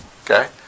Okay